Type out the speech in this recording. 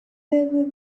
never